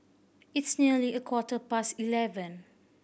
its nearly a quarter past eleven